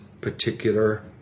particular